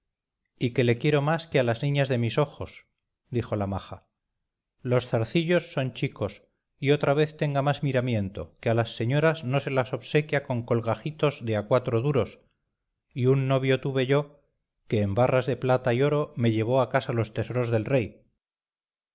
y que le quiero más que a las niñas de mis ojos dijo la maja los zarcillos son chicos y otra vez tenga más miramiento que a las señoras no se las obsequia con colgajitos de a cuatro duros y un novio tuve yo que en barras de plata y oro me llevó a casa los tesoros del rey